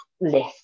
list